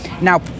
Now